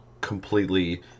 completely